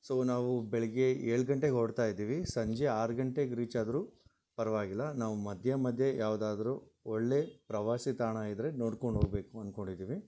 so ನಾವು ಬೆಳಗ್ಗೆ ಏಳು ಗಂಟೆಗೆ ಹೊರಡ್ತಾ ಇದ್ದೀವಿ ಸಂಜೆ ಆರು ಗಂಟೆಗೆ ರೀಚ್ ಆದರೂ ಪರವಾಗಿಲ್ಲ ನಾವು ಮಧ್ಯ ಮಧ್ಯ ಯಾವುದಾದ್ರೂ ಒಳ್ಳೆ ಪ್ರವಾಸಿ ತಾಣ ಇದ್ರೆ ನೋಡ್ಕೊಂಡು ಹೋಗಬೇಕು ಅನ್ಕೊಂಡಿದೀವಿ